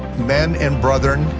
men and brethren,